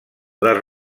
les